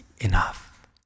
enough